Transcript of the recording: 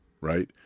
right